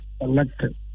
elected